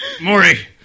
Maury